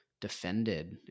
defended